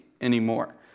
anymore